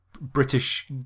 British